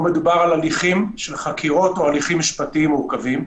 מדובר על הליכים של חקירות או הליכים משפטיים מורכבים.